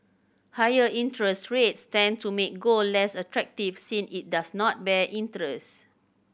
higher interest rates tend to make gold less attractive since it does not bear interest